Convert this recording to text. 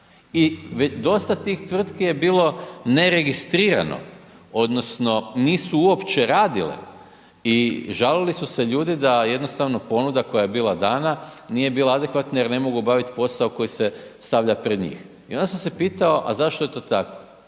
i dosta tih tvrtki je bilo neregistrirano odnosno nisu uopće radile i žalili su se ljudi da jednostavno ponuda koja je bila dana, nije bila adekvatna jer ne mogu obavit posao koji se stavlja pred njih i onda sam se pitao a zašto je to tako